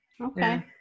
Okay